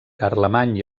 carlemany